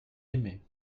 aimé